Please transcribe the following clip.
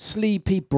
Sleepy